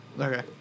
Okay